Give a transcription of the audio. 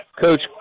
Coach